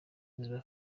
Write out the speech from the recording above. runini